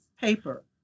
paper